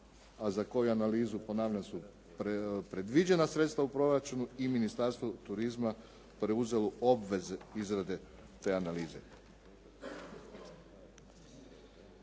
a za koju analizu ponavljam su predviđena sredstva u proračunu i Ministarstvo turizma preuzelo obveze izrade te analize.